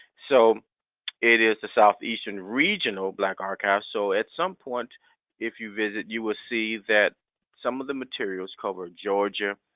so it is the southeastern regional black archives so at some point if you visit you will see that some of the materials cover georgia,